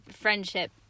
friendship